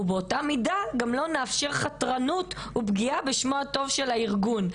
ובאותה מידה גם לא נאפשר חתרנות ופגיעה בשמו הטוב של הארגון.